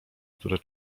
które